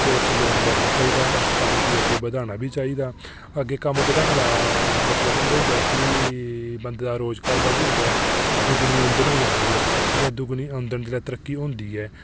ते उस लोन गी लैना चाहिदा ते कम्म गी अग्गें बधाना बी चाहिदा ते अग्गें कम्म बधाने दा मतलब एह् होंदा ऐ कि बंदे दा रोजगार बधी जंदा ऐ दुगुनी औंदन होई जंदी ऐ ते दुगुनी औंदन ते तरक्की होई जंदी ऐ